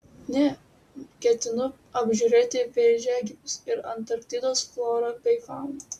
ne ketinu apžiūrėti vėžiagyvius ir antarktidos florą bei fauną